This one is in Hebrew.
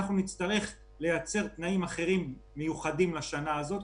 אנחנו נצטרך לייצר תנאים אחרים מיוחדים לשנה הזאת,